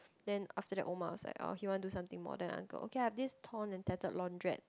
then after that Omar was like oh he wanted to do something more than uncle okay I have this torn and tattered laundrette